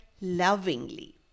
lovingly